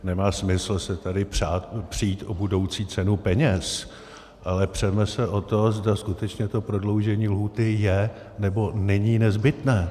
Nemá smysl se tady přít o budoucí cenu peněz, ale přeme se o to, zda skutečně to prodloužení lhůty je, nebo není nezbytné.